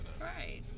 right